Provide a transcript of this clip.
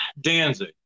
Danzig